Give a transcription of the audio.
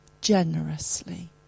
generously